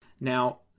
Now